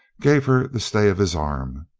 gave her the stay of his arm.